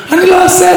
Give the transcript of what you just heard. הם תולים בי עיניים,